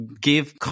give